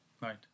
right